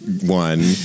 one